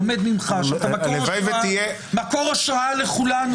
שאתה מקור השראה לכולנו.